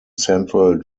central